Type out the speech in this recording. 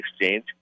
exchange